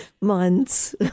months